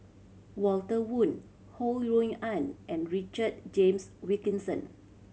Walter Woon Ho Rui An and Richard James Wilkinson